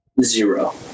Zero